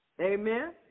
Amen